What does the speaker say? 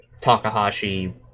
Takahashi